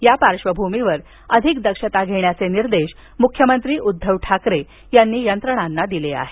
त्या पार्श्वभूमीवर अधिक दक्षता घेण्याचे निर्देश मुख्यमंत्री उद्धव ठाकरे यांनी यंत्रणांना दिले आहेत